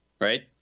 right